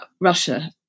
Russia